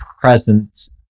presence